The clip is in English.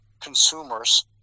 consumers